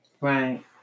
Right